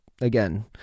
again